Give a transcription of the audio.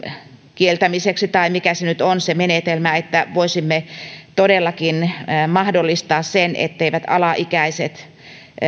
kieltämiseksi tai mikä nyt on se menetelmä että voisimme todellakin mahdollistaa sen etteivät alaikäiset